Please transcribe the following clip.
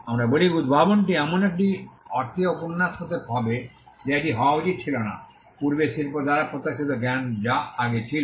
আমরা বলি উদ্ভাবনটি এমন একটি অর্থে উপন্যাস হতে হবে যা এটি হওয়া উচিত ছিল না পূর্বের শিল্প দ্বারা প্রত্যাশিত জ্ঞান যা আগে গিয়েছিল